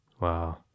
Wow